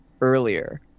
earlier